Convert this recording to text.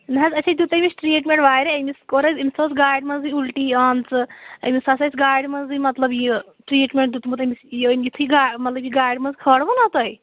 نا حظ اَسے دیُٚت أمِس ٹرٛیٖٹمینٛٹ واریاہ أمِس کوٚر اَسہِ أمِس اوس گاڑِ منٛزٕے اُلٹی آمژٕ أمِس آسہٕ اَسہِ گاڑِ منٛزٕے مطلب یہِ ٹرٛیٖٹمینٛٹ دیُٚتمُت أمِس أمی یُتھُے گا مطلب یہِ گاڑِ منٛز کھٲرہوٗن نا تۄہہِ